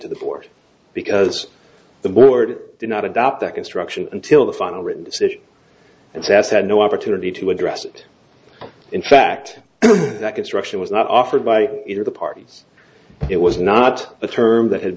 to the board because the board did not adopt that instruction until the final written decision and sas had no opportunity to address it in fact that construction was not offered by either the parties it was not a term that had